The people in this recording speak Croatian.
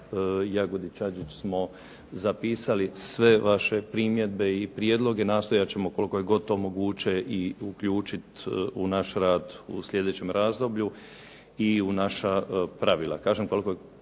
Adžić-Jagodić smo zapisali sve vaše primjedbe i prijedloge. Nastojat ćemo koliko je god to moguće i uključiti u naš rad u sljedećem razdoblju i u naša pravila. Kažem,